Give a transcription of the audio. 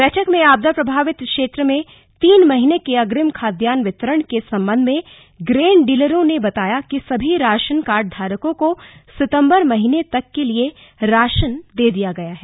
बैठक में आपदा प्रभावित क्षेत्र में तीन महीने के अग्रिम खाद्यान्न वितरण के संबंध में ग्रेन डीलरों ने बताया कि सभी राशन कार्ड धारकों को सितम्बर महीने तक के लिए राशन दे दिया गया है